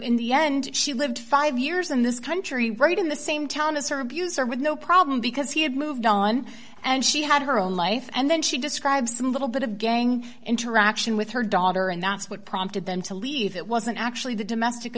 in the end she lived five years in this country right in the same town as her abuser with no problem because he had moved on and she had her own life and then she describes a little bit of gang interaction with her daughter and that's what prompted them to leave it wasn't actually the domestic